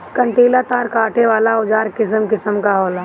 कंटीला तार काटे वाला औज़ार किसिम किसिम कअ होला